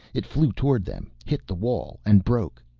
it flew towards them, hit the wall and broke,